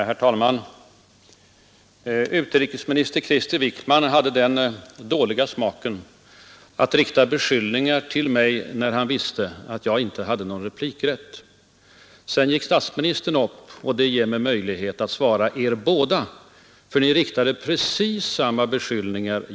Herr talman! Utrikesminister Krister Wickman hade den dåliga smaken att rikta beskyllningar mot mig när han visste att jag inte hade någon replikrätt. Sedan gick statsministern upp, och det ger mig möjlighet att svara er båda, eftersom ni framförde precis samma beskyllningar.